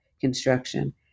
construction